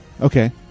Okay